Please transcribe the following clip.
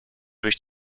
durch